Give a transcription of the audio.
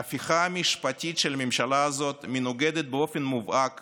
ההפיכה המשפטית של הממשלה הזאת מנוגדת באופן מובהק